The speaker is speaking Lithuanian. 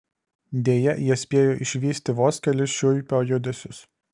deja jie spėjo išvysti vos kelis šiuipio judesius